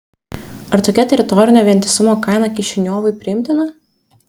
ar tokia teritorinio vientisumo kaina kišiniovui priimtina